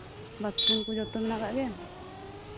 ᱵᱟᱠᱤ ᱵᱟᱛᱷᱨᱩᱢ ᱠᱚ ᱡᱚᱛᱚ ᱢᱮᱱᱟᱜ ᱠᱟᱜ ᱜᱮᱭᱟ